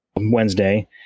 Wednesday